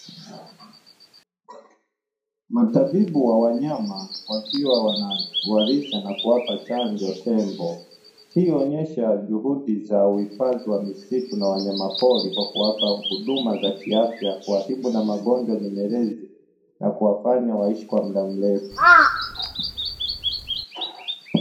Matabibu wa wanyama wakiwa wanawalisha na wakiwapa chanjo, tembo ikionyesha juhudi zauhifadhi wa misitu na wanyama pori, kwa kuwapa huduma za kiafya kuwatibu na magonjwa nyemelezi na kuwafanya kuishi kwa muda mrefu.